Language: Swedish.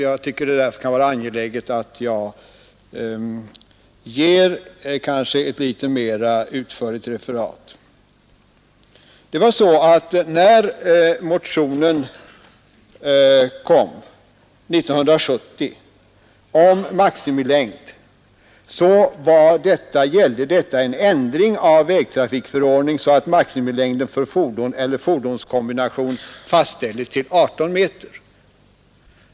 Jag tycker därför det kan vara angeläget att jag lämnar ett mera utförligt referat. Det var så att när motionen om maximilängd väcktes 1970 gällde den ändring av vägtrafikförordningen så att maximilängden för fordon eller fordonskombination skulle fastställas till 18 meter.